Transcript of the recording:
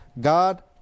God